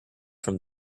from